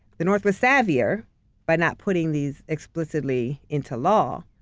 the north was savvier by not putting these explicitly into law.